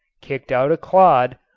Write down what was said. kicked out a clod,